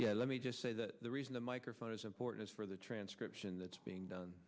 yeah let me just say that the reason the microphone is important is for the transcription that's being done